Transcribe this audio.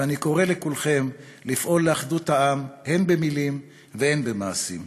ואני קורא לכולכם לפעול לאחדות העם הן במילים והן במעשים.